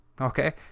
okay